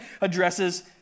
addresses